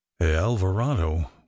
alvarado